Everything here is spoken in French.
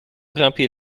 grimper